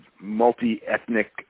multi-ethnic